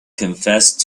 confessed